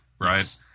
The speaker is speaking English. right